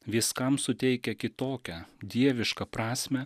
viskam suteikia kitokią dievišką prasmę